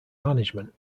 management